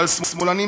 ועל סמולנים